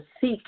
seek